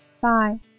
Bye